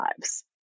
lives